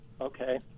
Okay